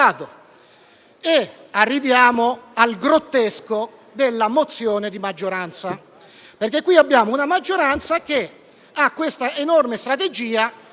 E arriviamo al grottesco della mozione di maggioranza, perché qui abbiamo una maggioranza che ha l'enorme strategia di